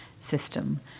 system